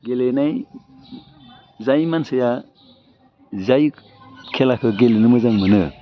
गेलेनाय जाय मानसिया जाय खेलाखौ गेलेनो मोजां मोनो